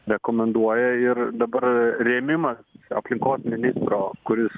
rekomenduoja ir dabar rėmimas aplinkos ministro kuris